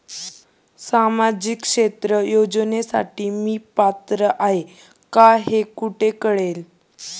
सामाजिक क्षेत्र योजनेसाठी मी पात्र आहे का हे कुठे कळेल?